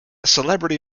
celebrity